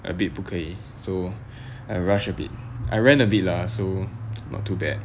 a bit 不可以 so I rush a bit I ran a bit lah so not too bad